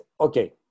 okay